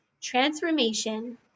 transformation